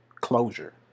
closure